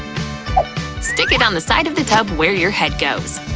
stick it on the side of the tub where your head goes.